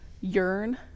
yearn